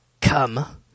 Come